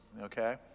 okay